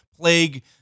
plague